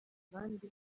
abandi